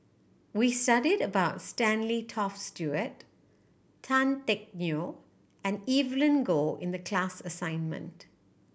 we studied about Stanley Toft Stewart Tan Teck Neo and Evelyn Goh in the class assignment